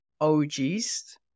OGs